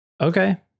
Okay